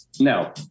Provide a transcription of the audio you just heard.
no